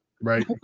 Right